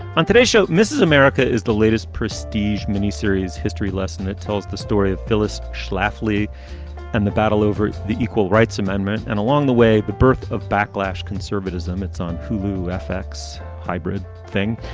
on today's show, mrs. america is the latest prestige mini series history lesson. it tells the story of phyllis schlafly and the battle over the equal rights amendment. and along the way, the birth of backlash conservatism. it's on hulu affects hybrid thing.